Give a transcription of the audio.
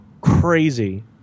Crazy